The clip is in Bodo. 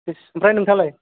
इस ओमफ्राय नोंथाङालाय